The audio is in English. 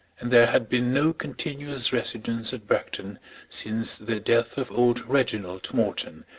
and there had been no continuous residence at bragton since the death of old reginald morton,